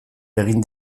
egin